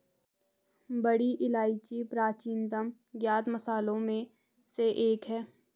बड़ी इलायची प्राचीनतम ज्ञात मसालों में से एक है